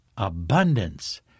Abundance